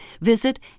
visit